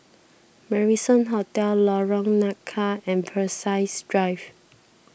Marrison Hotel Lorong Nangka and Peirce Drive